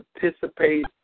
participate